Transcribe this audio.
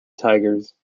tigers